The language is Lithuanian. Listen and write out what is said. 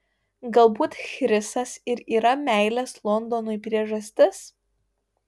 galbūt chrisas ir yra meilės londonui priežastis